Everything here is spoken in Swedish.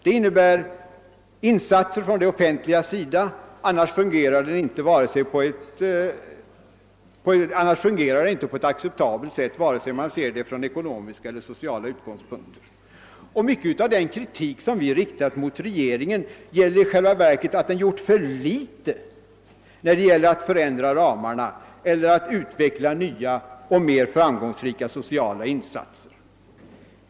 Den innebär insatser från det offentligas sida, annars fungerar den inte på ett acceptabelt sätt vare sig man ser den från ekonomiska eller från sociala utgångspunkter. Mycket av den kritik som vi riktat mot regeringen gäller i själva verket att den gjort för litet när det gäller att förändra ramarna eller att utveckla nya och därmed framgångsrika sociala insatser.